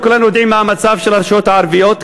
וכולנו יודעים מה המצב של הרשויות הערביות,